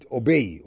obey